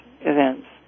events